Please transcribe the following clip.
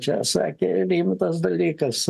čia sakė rimtas dalykas